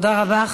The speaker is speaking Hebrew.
תודה רבה.